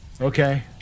Okay